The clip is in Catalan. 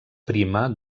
prima